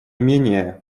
менее